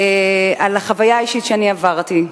על החוויה האישית שאני עברתי.